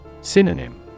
SYNONYM